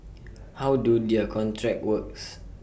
how do their contracts work